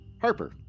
Harper